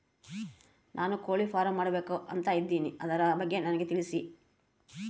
ನಾನು ಕೋಳಿ ಫಾರಂ ಮಾಡಬೇಕು ಅಂತ ಇದಿನಿ ಅದರ ಬಗ್ಗೆ ನನಗೆ ತಿಳಿಸಿ?